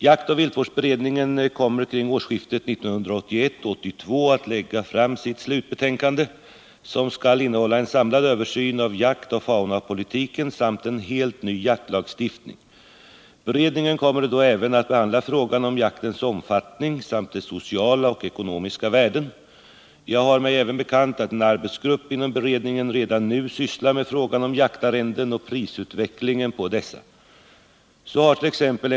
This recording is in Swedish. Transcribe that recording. Jaktoch viltvårdsberedningen kommer kring årsskiftet 1981-1982 att lägga fram sitt slutbetänkande, som skall innehålla en samlad översyn av jaktoch faunapolitiken samt en helt ny jaktlagstiftning. Beredningen kommer då även att behandla frågan om jaktens omfattning samt dess sociala och ekonomiska värden. Jag har mig även bekant att en arbetsgrupp inom beredningen redan nu sysslar med frågan om jaktarrenden och prisutvecklingen på dessa. Så hart.ex.